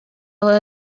ала